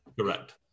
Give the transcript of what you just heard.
Correct